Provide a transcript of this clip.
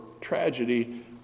tragedy